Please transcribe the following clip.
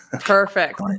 Perfect